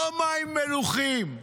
לא מים מלוחים.